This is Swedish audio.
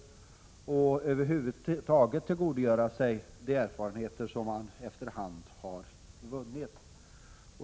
Vi behöver över huvud taget tillgodogöra oss de erfarenheter som efter hand har vunnits.